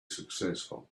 successful